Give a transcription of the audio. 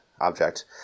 object